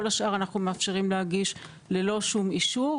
כל השאר אנחנו מאפשרים להגיש ללא שום אישור.